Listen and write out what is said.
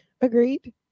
Agreed